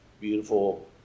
beautiful